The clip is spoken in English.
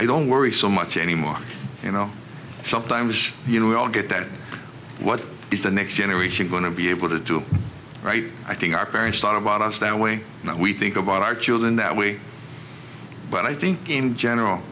i don't worry so much anymore you know sometimes you know we all get that what is the next generation going to be able to do right i think our parents thought about us that way we think about our children that way but i think general